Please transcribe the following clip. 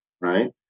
right